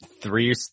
three